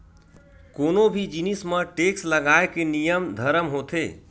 कोनो भी जिनिस म टेक्स लगाए के नियम धरम होथे